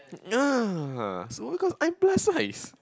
so because I'm plus size